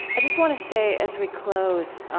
i just want to say, as we close,